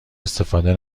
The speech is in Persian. استفاده